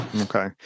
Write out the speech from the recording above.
Okay